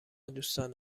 دوستان